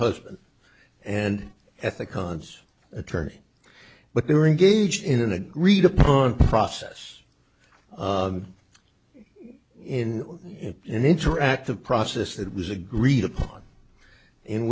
husband and ethic cons attorney but they were engaged in an agreed upon process in an interactive process that was agreed upon in